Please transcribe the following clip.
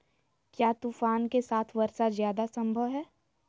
क्या तूफ़ान के साथ वर्षा जायदा संभव है?